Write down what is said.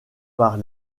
par